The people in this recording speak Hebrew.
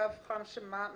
קו חם שמה?